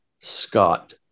Scott